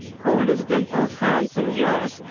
hold his dimpled hands in yours,